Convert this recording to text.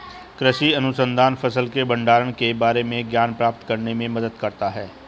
कृषि अनुसंधान फसल के भंडारण के बारे में ज्ञान प्राप्त करने में मदद करता है